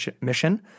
mission